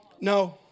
No